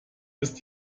ist